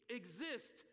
exist